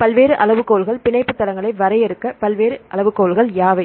பல்வேறு அளவுகோல்கள் பிணைப்பு தளங்களை வரையறுக்க பல்வேறு அளவுகோல்கள் யாவை